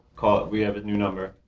we have a new number.